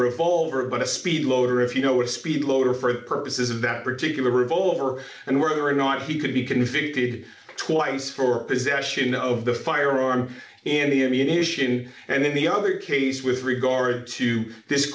revolver but a speed loader if you know a speed loader for the purposes of that particular revolver and were not he could be convicted twice for possession of the firearm and the ammunition and in the other case with regard to this